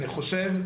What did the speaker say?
אני חושב: